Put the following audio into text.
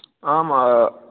आम्